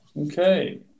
Okay